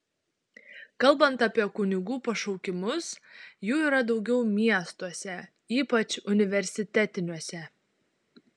kalbant apie kunigų pašaukimus jų yra daugiau miestuose ypač universitetiniuose